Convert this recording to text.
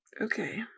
Okay